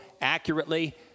accurately